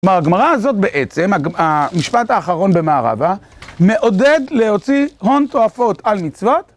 כלומר, הגמרא הזאת בעצם, המשפט האחרון במערבה, מעודד להוציא הון טועפות על מצוות.